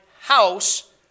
house